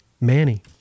Manny